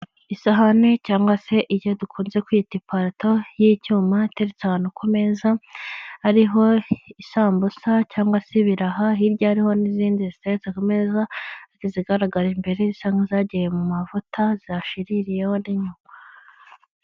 Isahane cyangwa se iyo dukunze kwita iparato y'icyuma iteretsa ku meza, hariho isambusa cyangwa se biraraha, hirya hariho n'izindi ziteretse ku meza, izigaraga imbere zisa n'izagiye mu mavuta zashiririyeho n'inyuma.